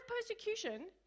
persecution